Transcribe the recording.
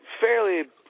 fairly